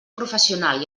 professional